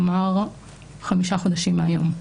כלומר 5 חודשים מהיום.